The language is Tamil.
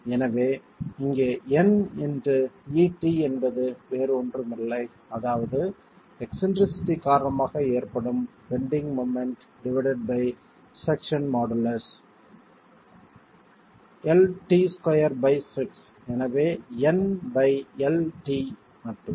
எனவே இங்கே N x et என்பது வேறு ஒன்றுமில்லை அதாவது எக்ஸ்ன்ட்ரிசிட்டி காரணமாக ஏற்படும் bending moment divided by section modulus lt26 எனவே இது Nlt மட்டுமே